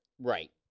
Right